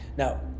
Now